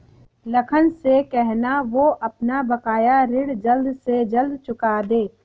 लखन से कहना, वो अपना बकाया ऋण जल्द से जल्द चुका दे